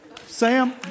Sam